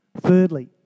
Thirdly